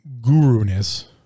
guruness